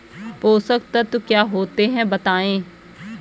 पोषक तत्व क्या होते हैं बताएँ?